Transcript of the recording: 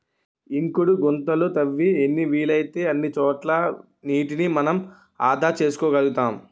ఇంకుడు గుంతలు తవ్వి ఎన్ని వీలైతే అన్ని చోట్ల నీటిని మనం ఆదా చేసుకోగలుతాం